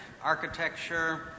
architecture